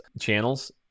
channels